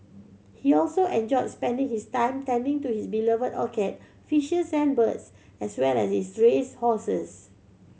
he also enjoyed spending his time tending to his beloved orchid fishes and birds as well as his race horses